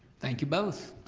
thank you both.